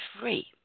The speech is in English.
free